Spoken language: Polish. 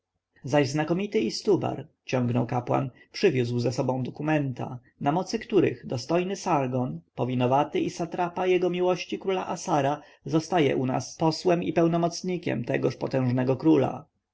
zaś znakomity istubar ciągnął kapłan przywiózł ze sobą dokumenta na mocy których dostojny sargon powinowaty i satrapa jego miłości króla assara zostaje u nas posłem i pełnomocnikiem tegoż potężnego króla